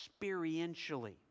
experientially